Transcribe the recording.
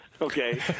okay